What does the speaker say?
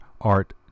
art